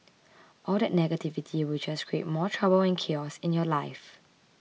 all that negativity will just create more trouble and chaos in your life